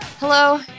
Hello